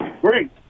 Great